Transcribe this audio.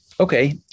Okay